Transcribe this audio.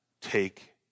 take